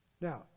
Now